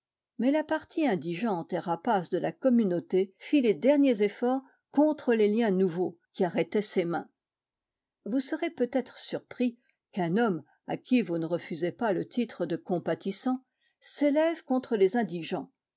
mais la partie indigente et rapace de la communauté fit les derniers efforts contre les liens nouveaux qui arrêtaient ses mains vous serez peut-être surpris qu'un homme à qui vous ne refusez pas le titre de compatissant s'élève contre les indigents